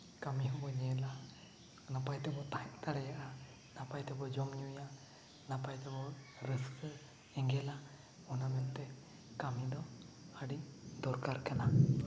ᱠᱟᱹᱢᱤ ᱦᱚᱸᱵᱚᱱ ᱧᱮᱞᱟ ᱱᱟᱯᱟᱭ ᱛᱮᱵᱚᱱ ᱛᱟᱦᱮᱸ ᱫᱟᱲᱮᱭᱟᱜᱼᱟ ᱱᱟᱯᱟᱭ ᱛᱮᱵᱚ ᱡᱚᱢ ᱧᱩᱭᱟ ᱱᱟᱯᱟᱭ ᱛᱮᱵᱚᱱ ᱨᱟᱹᱥᱠᱟᱹ ᱮᱸᱜᱮᱞᱟ ᱚᱱᱟ ᱢᱮᱱᱛᱮ ᱠᱟᱹᱢᱤ ᱫᱚ ᱟᱹᱰᱤ ᱫᱚᱨᱠᱟᱨ ᱠᱟᱱᱟ